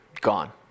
Gone